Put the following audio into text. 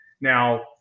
Now